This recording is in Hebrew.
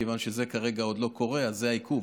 מכיוון שזה כרגע עוד לא קורה, אז זה העיכוב.